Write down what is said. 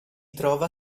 trova